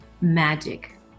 magic